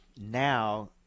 now